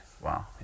wow